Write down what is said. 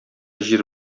җир